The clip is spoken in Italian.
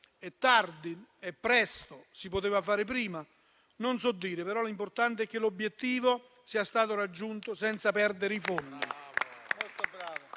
È tardi? È presto? Si poteva fare prima? Non so dirlo, ma l'importante è che l'obiettivo sia stato raggiunto senza perdere i fondi.